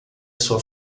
sua